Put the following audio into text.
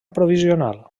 provisional